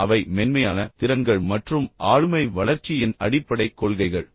மற்றும் அவை மென்மையான திறன்கள் மற்றும் ஆளுமை வளர்ச்சியின் அடிப்படைக் கொள்கைகள்